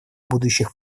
будущих